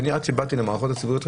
כשאני רק באתי למערכות הציבוריות,